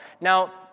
Now